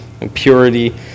impurity